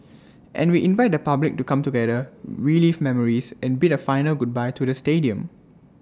and we invite the public to come together relive memories and bid A final goodbye to the stadium